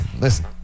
Listen